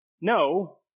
no